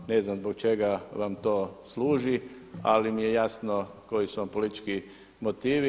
Ne znam zbog čega vam to služi ali mi je jasno koji su vam politički motivi.